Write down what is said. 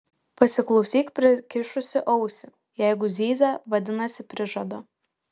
pasiklausyk prikišusi ausį jeigu zyzia vadinasi prižada